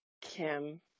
Kim